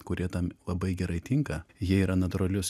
kurie tam labai gerai tinka jie yra natūralios